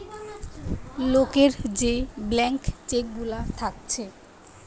লোকের যে blank cheque গুলা থাকছে